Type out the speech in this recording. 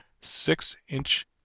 six-inch